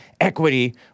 equity